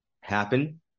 happen